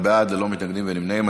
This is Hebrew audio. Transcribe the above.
12 בעד, ללא מתנגדים ונמנעים.